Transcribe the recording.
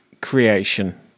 creation